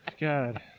God